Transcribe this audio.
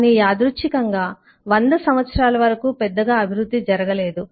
కానీ యాదృచ్ఛికంగా వంద సంవత్సరాల వరకు పెద్దగా అభివృద్ధి జరగలేదు